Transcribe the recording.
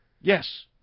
Yes